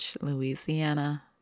Louisiana